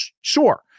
sure